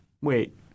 Wait